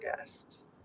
August